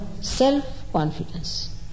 self-confidence